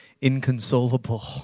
inconsolable